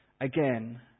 again